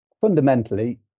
fundamentally